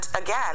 again